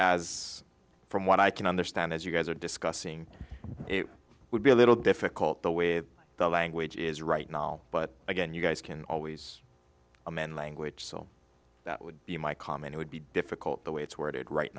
as from what i can understand as you guys are discussing it would be a little difficult the way that the language is right now but again you guys can always amend language so that would be my comment would be difficult the way it's worded right